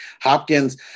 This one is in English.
Hopkins